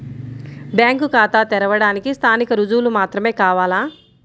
Bank ఖాతా తెరవడానికి స్థానిక రుజువులు మాత్రమే కావాలా?